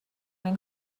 این